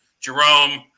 Jerome